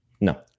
No